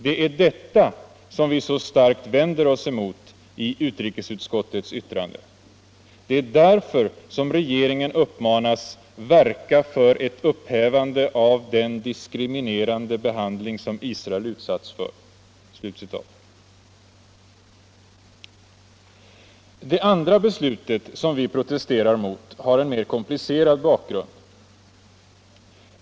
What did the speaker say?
Det är detta som vi så starkt vänder oss emot i utrikesutskottets yttrande. Det är därför som regeringen uppmanas verka för ett upphävande av den diskriminerande behandling som Israel utsatts för. Det andra beslut som vi protesterar mot har en mera komplicerad bakgrund.